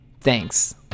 thanks